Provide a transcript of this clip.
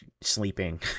sleeping